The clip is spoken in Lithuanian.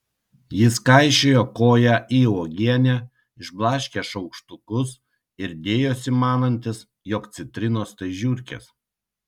jis kaišiojo koją į uogienę išblaškė šaukštukus ir dėjosi manantis jog citrinos tai žiurkės